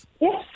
Yes